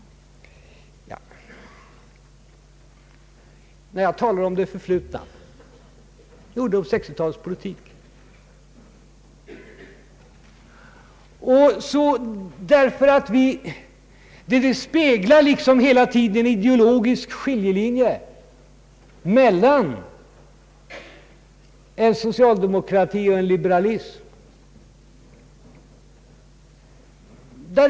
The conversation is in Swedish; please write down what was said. När jag talar om det förflutna och 1960-talets politik gör jag det därför att 1960-talets politik speglar liksom hela tiden en ideologisk skiljelinje mellan socialdemokratin och liberalismen.